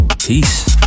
Peace